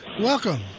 Welcome